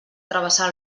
travessar